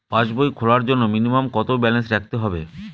পাসবই খোলার জন্য মিনিমাম কত ব্যালেন্স রাখতে হবে?